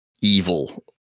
evil